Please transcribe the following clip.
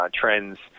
trends